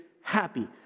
happy